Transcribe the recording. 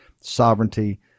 Sovereignty